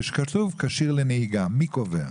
כאשר כתוב כשיר לנהיגה, מי קובע?